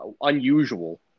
Unusual